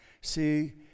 See